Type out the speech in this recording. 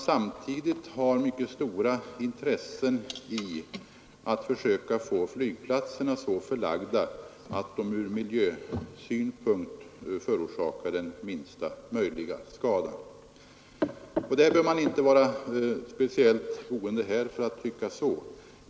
Samtidigt har man mycket stora intressen i att försöka få flygplatserna så förlagda att de från miljösynpunkt förorsakar den minsta möjliga skadan. Man behöver inte speciellt vara bosatt i Stockholm för att tycka så.